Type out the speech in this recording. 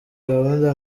gahunda